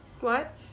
what